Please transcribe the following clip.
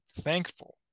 thankful